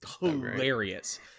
hilarious